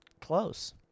close